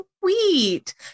Sweet